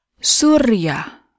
Surya